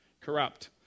corrupt